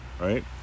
right